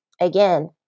again